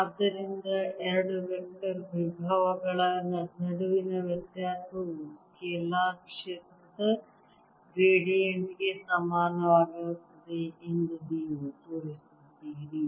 ಆದ್ದರಿಂದ ಎರಡು ವೆಕ್ಟರ್ ವಿಭವಗಳ ನಡುವಿನ ವ್ಯತ್ಯಾಸವು ಸ್ಕೇಲಾರ್ ಕ್ಷೇತ್ರದ ಗ್ರೇಡಿಯಂಟ್ ಗೆ ಸಮಾನವಾಗಿರುತ್ತದೆ ಎಂದು ನೀವು ತೋರಿಸಿದ್ದೀರಿ